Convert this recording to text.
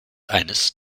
eines